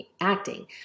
acting